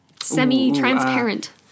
semi-transparent